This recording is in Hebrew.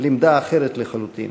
לימדה אחרת לחלוטין.